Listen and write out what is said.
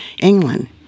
England